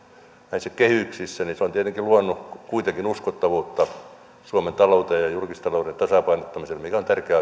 näissä kehyksissä on luonut kuitenkin uskottavuutta suomen talouteen ja julkisen talouden tasapainottamiseen mikä on tärkeä